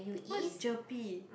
what is gerpe